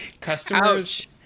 Customers